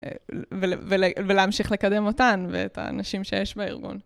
ולהמשיך לקדם אותן ואת האנשים שיש בארגון.